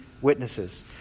witnesses